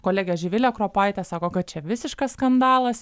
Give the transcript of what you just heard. kolegė živilė kropaitė sako kad čia visiškas skandalas